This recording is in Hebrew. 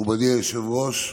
מכובדי היושב-ראש,